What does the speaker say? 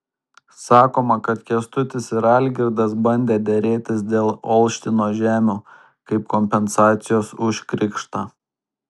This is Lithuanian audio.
sakoma kad kęstutis ir algirdas bandę derėtis dėl olštino žemių kaip kompensacijos už krikštą